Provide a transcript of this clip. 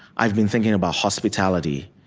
i've been thinking about hospitality,